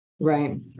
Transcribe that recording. right